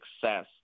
success